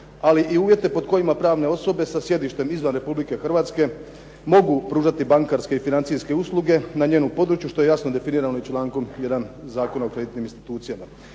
ali i uvjete pod kojima pravne osobe sa sjedištem izvan Republike Hrvatske mogu pružati bankarske i financijske usluge na njenu području što je jasno definirano i člankom 1. Zakona o kreditnim institucijama.